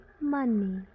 Money